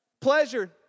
Pleasure